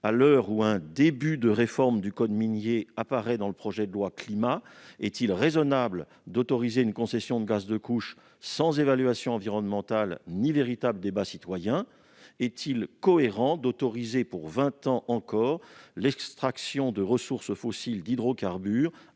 à l'heure où un début de réforme du code minier apparaît dans le projet de loi Climat et résilience, est-il raisonnable d'autoriser une concession de gaz de couche sans évaluation environnementale ni véritable débat citoyen ? Est-il cohérent d'autoriser pour vingt ans encore l'extraction de ressources fossiles d'hydrocarbures à